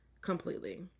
completely